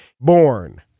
born